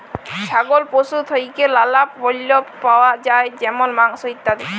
ছাগল পশু থেক্যে লালা পল্য পাওয়া যায় যেমল মাংস, ইত্যাদি